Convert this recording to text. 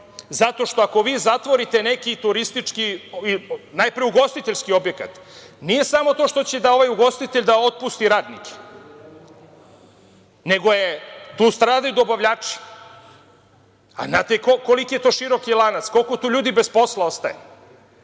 zato što ako vi zatvorite neki turistički, najpre ugostiteljski objekat nije samo to što će ugostitelj da otpusti radnike, nego tu stradaju i dobavljači, a znate li koliko je to široki lanac, koliko ljudi bez posla ostaje? Ja